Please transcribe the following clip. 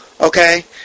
okay